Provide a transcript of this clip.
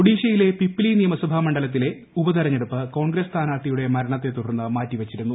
ഒഡിഷയിലെ പിപ്പലീ നിയമസഭാ മണ്ഡലത്തിലെ ഉപതെരഞ്ഞെടുപ്പ് കോൺഗ്രസ്സ് സ്ഥാനാർത്ഥിയുടെ മരണത്തെ തുടർന്ന് മാറ്റിവച്ചിരുന്നു